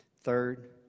Third